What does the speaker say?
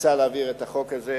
ניסה להעביר את החוק הזה,